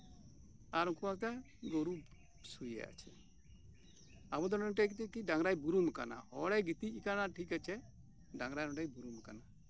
ᱟᱨ ᱩᱱᱠᱩ ᱠᱚ ᱞᱟᱹᱭᱮᱫᱟ ᱜᱳᱨᱩ ᱥᱩᱭᱮ ᱟᱪᱷᱮ ᱟᱵᱚ ᱫᱚ ᱱᱚᱸᱰᱮ ᱰᱟᱝᱨᱟᱭ ᱵᱩᱨᱩᱢᱟᱠᱟᱱᱟ ᱦᱟᱲᱮᱭ ᱜᱤᱛᱤᱡ ᱟᱠᱟᱱᱟ ᱴᱷᱠ ᱟᱪᱷᱮ ᱰᱟᱝᱨᱟ ᱱᱚᱸᱰᱮᱭ ᱵᱩᱨᱩᱢ ᱟᱠᱟᱱᱟ